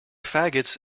faggots